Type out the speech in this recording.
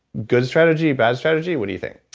good strategy? bad strategy? what do you think?